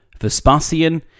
Vespasian